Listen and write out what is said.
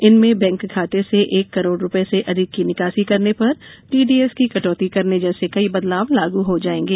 इनमें बैंक खाते से एक करोड़ रूपये से अधिक की निकासी करने पर टीडीएस की कटौती करने जैसे कई बदलाव लागू हो जाएंगे